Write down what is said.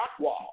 Rockwall